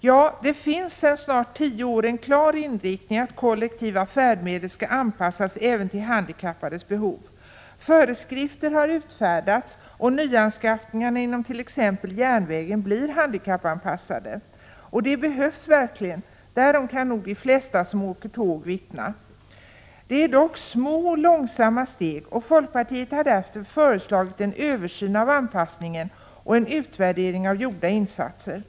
Ja, det finns sedan tio år en klar inriktning mot att kollektiva färdmedel skall anpassas även till handikappades behov. Föreskrifter har utfärdats och nyanskaffningarna inom t.ex. järnvägen blir handikappanpassade. Och det behövs verkligen — därom kan nog de flesta som åker tåg vittna. Det är dock små och långsamma steg och folkpartiet har därför föreslagit en översyn av anpassningen och en utvärdering av gjorda insatser. Utskottet — Prot.